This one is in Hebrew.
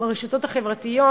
ברשתות החברתיות,